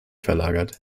verlagert